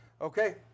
Okay